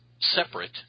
separate